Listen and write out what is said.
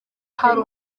hari